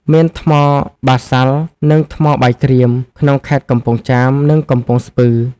មានថ្មបាសាល់ និង ថ្មបាយក្រៀម ក្នុងខេត្តកំពង់ចាម និងកំពង់ស្ពឺ។